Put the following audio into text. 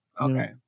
Okay